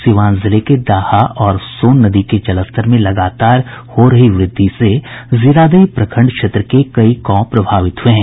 सीवान जिले में दाहा और सोन नदी के जलस्तर में लगातार हो रही वृद्धि से जीरादेई प्रखंड क्षेत्र के कई गांव प्रभावित हये हैं